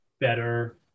better